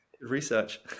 Research